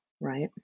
right